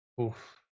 Oof